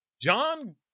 John